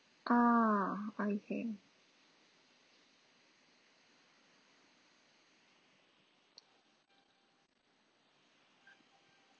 ah okay